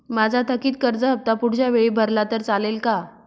माझा थकीत कर्ज हफ्ता पुढच्या वेळी भरला तर चालेल का?